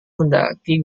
mendaki